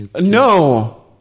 no